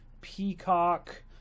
peacock